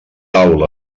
taula